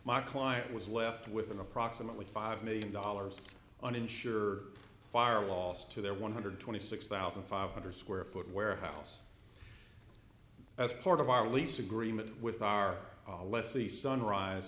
my client was left with an approximately five million dollars uninsured fire loss to their one hundred twenty six thousand five hundred square foot warehouse as part of our lease agreement with our alessi sunrise